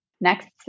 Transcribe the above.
Next